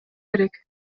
керек